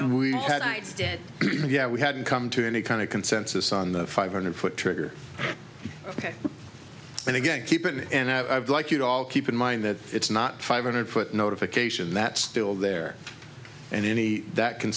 know we had i did yeah we hadn't come to any kind of consensus on the five hundred foot trigger ok and again keep it in and i'd like you all keep in mind that it's not five hundred foot notification that still there and any that can